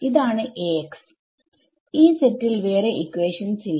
ഇതാണ് Ax ഈ സെറ്റിൽ വേറെ ഇക്വേഷൻസ് ഇല്ല